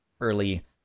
early